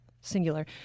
Singular